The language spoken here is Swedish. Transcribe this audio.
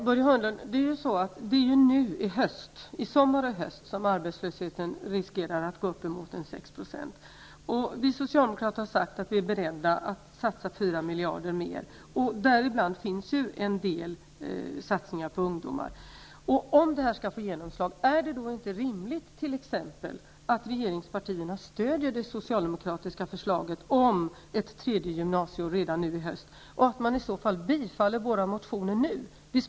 Herr talman! Det är ju nu i sommar och i höst, Börje Hörnlund, som arbetslösheten riskerar att gå upp emot ca 6 %. Vi socialdemokrater har sagt att vi är beredda att satsa ytterligare 4 miljarder kronor. En del satsningar gäller ungdomar. Om det här skall få genomslag, är det då inte rimligt att regeringspartierna stödjer t.ex. det socialdemokratiska förslaget om ett tredje gymnasieår redan i höst, och att ni i så fall bifaller våra motioner nu.